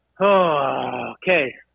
Okay